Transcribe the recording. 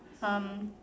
um